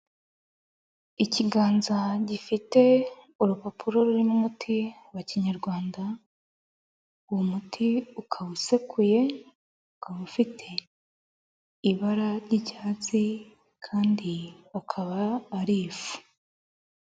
Ikiganza gifite urupapuro rurimo umuti wa kinyarwanda, uwo umuti ukaba usekuye, ukaba ufite ibara ry'icyatsi kandi ukaba, ari ifu.